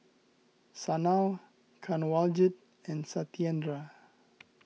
Sanal Kanwaljit and Satyendra